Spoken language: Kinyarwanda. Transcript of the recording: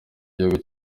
gihugu